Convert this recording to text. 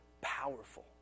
powerful